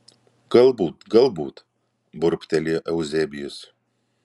galbūt galbūt burbtelėjo euzebijus